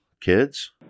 kids